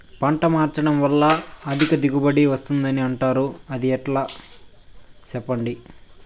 పంట మార్చడం వల్ల అధిక దిగుబడి వస్తుందని అంటారు అది ఎట్లా సెప్పండి